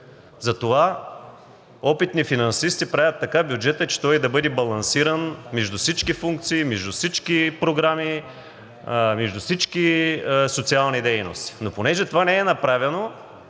Затова опитни финансисти правят така бюджета, че той да бъде балансиран между всички функции, между всички програми, между всички социални дейности. Но понеже това не е направено,